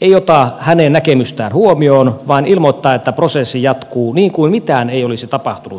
ei ota hänen näkemystään huomioon vaan ilmoittaa että prosessi jatkuu niin kuin mitään ei olisi tapahtunutkaan